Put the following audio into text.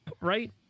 right